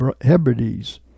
Hebrides